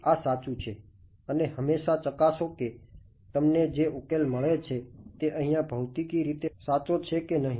અને હમેશા ચકાસો કે તમને જે ઉકેલ મળે છે તે અહિયાં ભૌતિકી રીતે સાચો છે કે નહિ